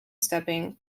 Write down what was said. stepping